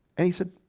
and he said,